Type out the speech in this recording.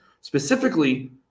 specifically